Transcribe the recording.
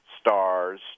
stars